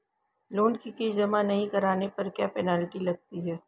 Loan की किश्त जमा नहीं कराने पर क्या पेनल्टी लगती है?